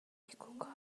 نیکوکار